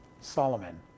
Solomon